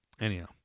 Anyhow